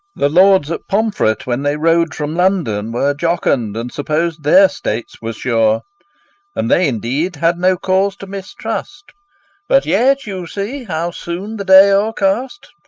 the lords at pomfret, when they rode from london, were jocund and suppos'd their states were sure and they, indeed, had no cause to mistrust but yet, you see, how soon the day o'ercast!